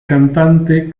cantante